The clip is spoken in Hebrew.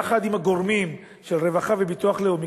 יחד עם הגורמים של רווחה וביטוח לאומי,